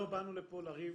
לא באנו לפה לריב,